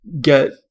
get